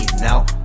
now